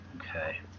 okay